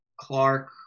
Clark